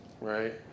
right